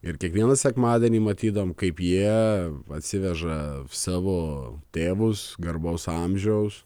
ir kiekvieną sekmadienį matydavom kaip jie atsiveža savo tėvus garbaus amžiaus